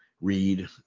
read